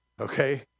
okay